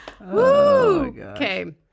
Okay